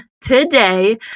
today